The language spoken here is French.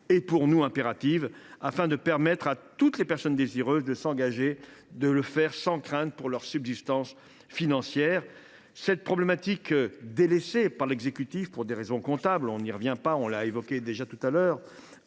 est impérative, afin de permettre à toutes les personnes désireuses de s’engager de le faire sans craindre pour leur subsistance financière. Cette problématique étant délaissée par l’exécutif pour des raisons comptables – je n’y reviens pas, cela a déjà été évoqué